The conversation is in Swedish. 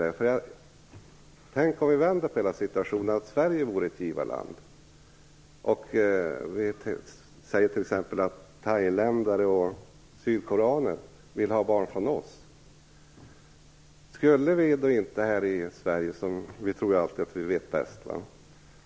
Tänk om vi skulle vända på hela situationen - om Sverige var ett givarland och t.ex. thailändare och sydkoreaner ville ha barn från oss i Sverige! I Sverige tror vi ju alltid att vi vet bäst.